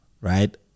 right